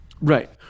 Right